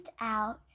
out